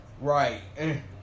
Right